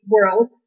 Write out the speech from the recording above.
world